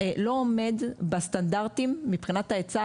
לא עומד בסטנדרטים מבחינת ההיצע,